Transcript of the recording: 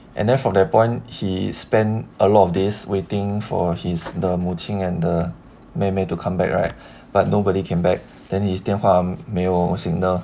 and then from that point he spent a lot of days waiting for his the 母亲 and the 妹妹 to come back right but nobody came back then his 电话没有 signal